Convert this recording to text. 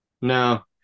No